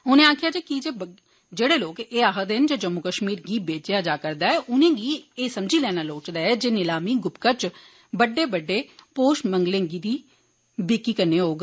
उनें आक्खेआ जे जेहड़े लोक एह् आक्खदे न जे जम्मू कश्मीर बी बेचेया जा करदा ऐ उनेंगी एह् समझी लैना लोड़चदा जे एह् नलामी गुपकार च बड्डे बड्डे पोश मंगले दी बिक्री कन्नै होग